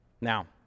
Now